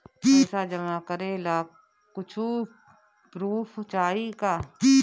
पैसा जमा करे ला कुछु पूर्फ चाहि का?